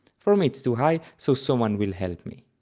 for me it's too high, so someone will help me.